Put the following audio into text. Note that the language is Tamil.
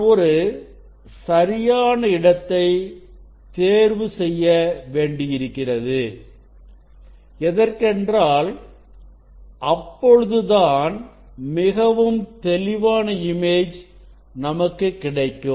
நான் ஒரு சரியான இடத்தை தேர்வு செய்ய வேண்டியிருக்கிறது எதற்கென்றால் அப்பொழுதுதான் மிகவும் தெளிவான இமேஜ் நமக்கு கிடைக்கும்